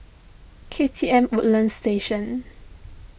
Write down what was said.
K T M Woodlands Station